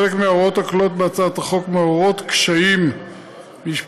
חלק מההוראות הכלולות בהצעת החוק מעוררות קשיים משפטיים,